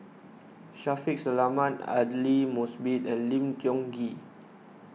Shaffiq Selamat Aidli Mosbit and Lim Tiong Ghee